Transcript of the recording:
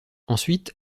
ensuite